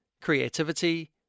creativity